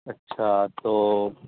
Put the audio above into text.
اچھا تو